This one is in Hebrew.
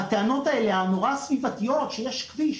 הטענות האלה הנורא סביבתיות שיש כביש,